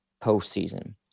postseason